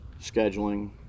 Scheduling